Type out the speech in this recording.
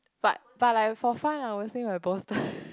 but but like for fun I would say my bolster